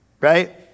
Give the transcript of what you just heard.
right